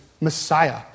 Messiah